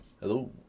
hello